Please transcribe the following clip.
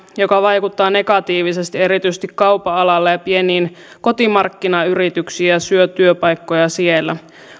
joka vaikuttaa negatiivisesti erityisesti kaupan alalla ja pieniin kotimarkkinayrityksiin ja syö työpaikkoja siellä